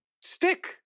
stick